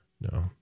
No